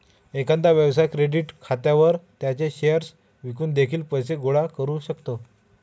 एखादा व्यवसाय क्रेडिट खात्यावर त्याचे शेअर्स विकून देखील पैसे गोळा करू शकतो